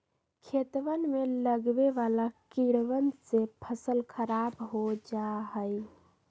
खेतवन में लगवे वाला कीड़वन से फसल खराब हो जाहई